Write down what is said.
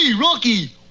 Rocky